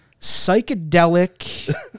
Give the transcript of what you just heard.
psychedelic